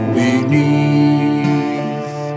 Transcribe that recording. beneath